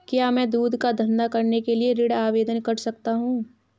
क्या मैं दूध का धंधा करने के लिए ऋण आवेदन कर सकता हूँ?